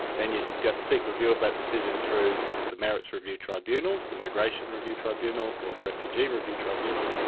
then you seek seek review of that decision through the merits review tribunals, the migration review tribunal or the refugee review tribunal.